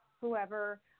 whoever